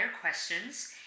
questions